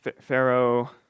Pharaoh